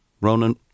Ronan